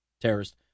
terrorist